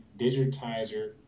digitizer